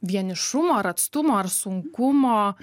vienišumo ar atstumo ar sunkumo